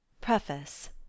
Preface